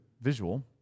visual